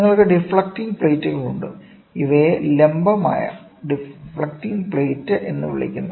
നിങ്ങൾക്ക് ഡിഫ്ലക്ട്ടിംഗ് പ്ലേറ്റുകളുണ്ട് ഇവയെ ലംബമായ ഡിഫ്ലക്ട്ടിംഗ് പ്ലേറ്റ് എന്ന് വിളിക്കുന്നു